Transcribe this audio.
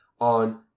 on